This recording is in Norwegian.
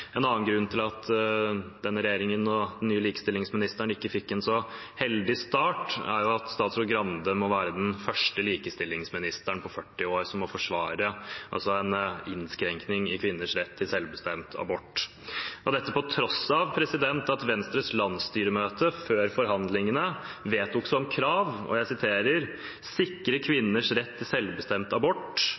En annen grunn til at denne regjeringen og den nye likestillingsministeren ikke fikk en så heldig start, er jo at statsråd Skei Grande må være den første likestillingsministeren på 40 år som må forsvare en innskrenkning i kvinners rett til selvbestemt abort – dette på tross av at Venstres landsstyremøte før forhandlingene vedtok et krav om å «sikre kvinners rett til selvbestemt abort,